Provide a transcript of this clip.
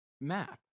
map